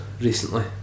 recently